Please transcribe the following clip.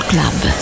club